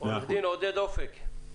עו"ד עודד אופק.